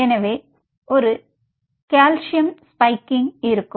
எனவே ஒரு calcium spiking இருக்கும்